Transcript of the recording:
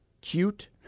cute